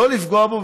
לא לפגוע בו,